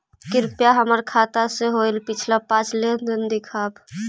कृपा हमर खाता से होईल पिछला पाँच लेनदेन दिखाव